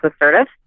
assertive